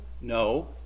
no